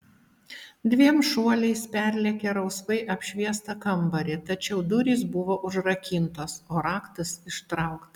dviem šuoliais perlėkė rausvai apšviestą kambarį tačiau durys buvo užrakintos o raktas ištrauktas